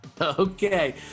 okay